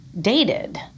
dated